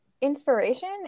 inspiration